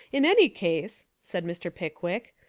in any case, said mr. pickwick,